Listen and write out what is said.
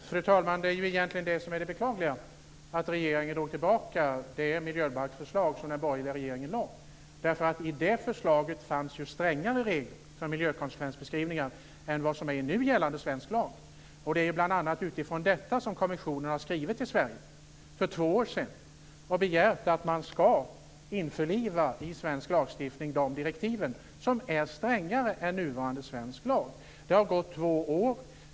Fru talman! Det är egentligen det som är det beklagliga, nämligen att regeringen drog tillbaka det miljöbalksförslag som den borgerliga regeringen lade fram. I det förslaget fanns strängare regler för miljökonsekvensbeskrivningar än vad som finns i nu gällande svensk lag. Det är bl.a. utifrån detta som kommissionen har skrivit till Sverige, för två år sedan, och begärt att vi skall införliva dessa direktiv, som är strängare än nuvarande svensk lag, i svensk lagstiftning. Det har gått två år.